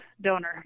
donor